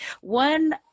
One